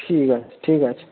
ঠিক আছে ঠিক আছে